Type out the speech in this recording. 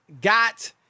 got